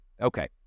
Okay